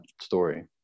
story